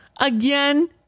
again